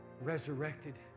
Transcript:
resurrected